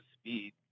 speed